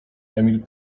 emil